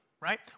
right